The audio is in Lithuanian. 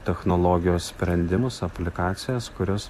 technologijos sprendimus aplikacijas kurios